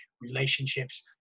relationships